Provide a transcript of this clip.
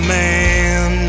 man